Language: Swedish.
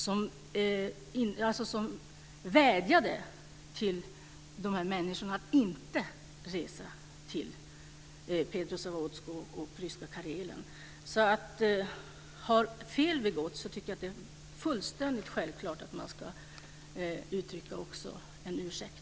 Han vädjade till de här människorna att inte resa till Petrozavodsk och ryska Karelen. Har fel begåtts tycker jag att det är fullständigt självklart att man också ska uttrycka en ursäkt.